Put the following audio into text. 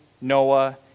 Noah